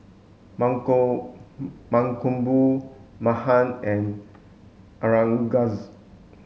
Mankombu Mahan and Aurangzeb